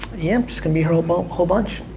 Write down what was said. yeah, i'm just gonna be here um a whole bunch.